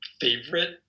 favorite